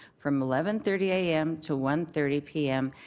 from eleven thirty a m. to one thirty p m.